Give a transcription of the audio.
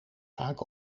vaak